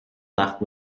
left